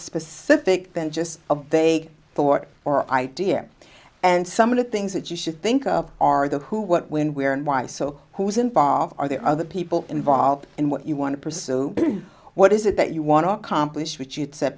specific than just a they thought or idea and some of the things that you should think of are the who what when where and why so who's involved are there other people involved in what you want to pursue what is it that you want to accomplish what you said